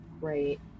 Great